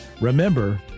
remember